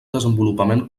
desenvolupament